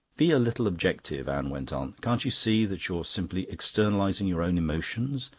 be a little objective, anne went on. can't you see that you're simply externalising your own emotions?